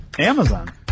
Amazon